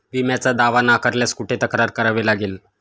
विम्याचा दावा नाकारल्यास कुठे तक्रार करावी लागेल?